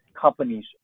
companies